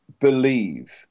believe